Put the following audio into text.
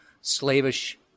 slavish